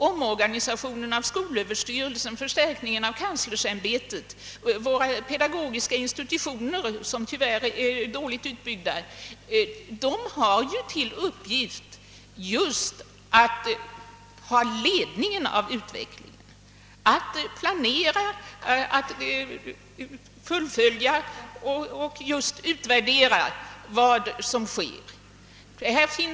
Omorganisationen av skolöverstyrelsen, förstärkningen av kanslersämbetet och våra pedagogiska institutioner, som tyvärr är dåligt utbyggda, syftar till att leda utvecklingen; de skall kunna planera, fullfölja och just utvärdera vad som sker.